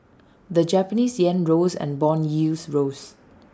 the Japanese Yen rose and Bond yields rose